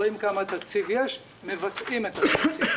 רואים כמה תקציב יש ומבצעים את התקציב.